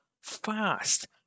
fast